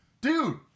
dude